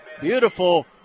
Beautiful